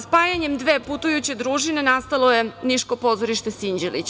Spajanjem dve putujuće družine nastalo je Niško pozorište Sinđelić.